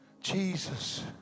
Jesus